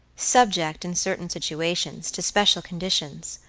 subject, in certain situations, to special conditions.